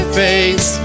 face